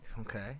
Okay